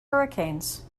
hurricanes